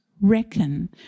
reckon